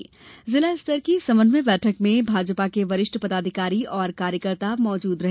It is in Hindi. शिवपूरी में जिला स्तर की इस समन्वय बैठक में भाजपा के वरिष्ठ पदाधिकारी और कार्यकर्ता मौजूद रहे